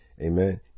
Amen